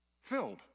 Filled